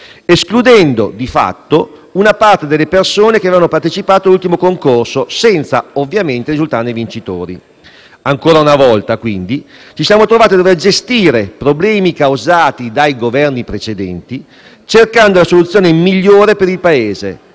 escludendo di fatto una parte delle persone che avevano partecipato all'ultimo concorso senza ovviamente risultarne vincitrici. Ancora una volta, quindi, ci siamo trovati a dover gestire problemi causati dai Governi precedenti, cercando la soluzione migliore per il Paese.